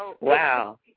wow